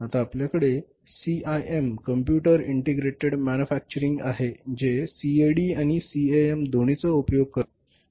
आता आपल्याकडे CIM computer integrated manufacturing आहे जे सीएडी आणि सीएएम दोन्हीचा उपयोग करते